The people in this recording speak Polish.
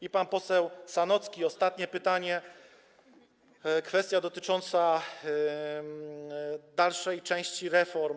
I pan poseł Sanocki, ostatnie pytanie - kwestia dotycząca dalszej części reform.